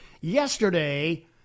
Yesterday